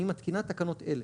אני מתקינה תקנות אלה: